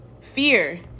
Fear